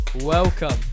welcome